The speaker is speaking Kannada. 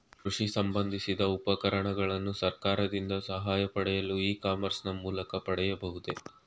ಕೃಷಿ ಸಂಬಂದಿಸಿದ ಉಪಕರಣಗಳನ್ನು ಸರ್ಕಾರದಿಂದ ಸಹಾಯ ಪಡೆಯಲು ಇ ಕಾಮರ್ಸ್ ನ ಮೂಲಕ ಪಡೆಯಬಹುದೇ?